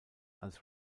als